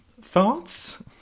Thoughts